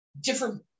different